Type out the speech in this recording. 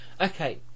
Okay